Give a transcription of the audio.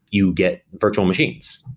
you get virtual machines,